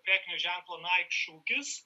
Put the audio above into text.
prekinio ženklo nike šūkis